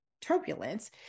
turbulence